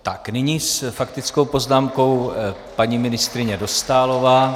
Tak nyní s faktickou poznámkou paní ministryně Dostálová.